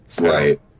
Right